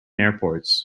airports